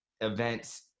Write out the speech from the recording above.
events